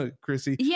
Chrissy